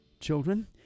Children